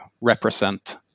represent